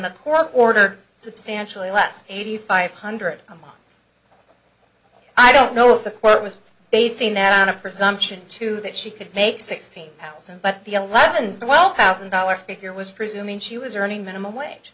the court order substantially less eighty five hundred a month i don't know what the quote was basing that on a presumption too that she could make sixteen thousand but the eleven twelve thousand dollar figure was presuming she was earning minimum wage